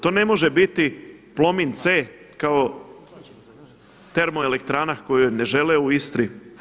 To ne može biti Plomin C kao termoelektrana koju ne žele u Istri.